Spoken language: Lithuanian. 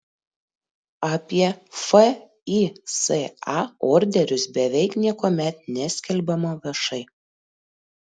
apie fisa orderius beveik niekuomet neskelbiama viešai